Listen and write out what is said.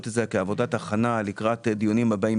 את זה כעבודת הכנה לקראת הדיונים הבאים,